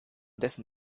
dessen